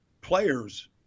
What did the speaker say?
players